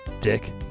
dick